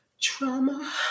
trauma